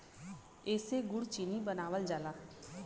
एसे गुड़ चीनी बनावल जाला